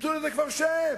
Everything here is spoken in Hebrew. ימצאו לזה כבר שם.